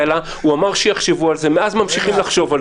הוא אמר שיחשבו על זה, ומאז ממשיכים לחשוב על